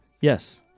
Yes